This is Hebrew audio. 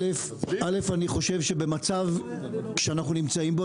א' אני חושב שבמצב שאנחנו נמצאים בו,